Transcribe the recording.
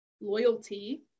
loyalty